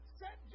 set